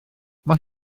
mae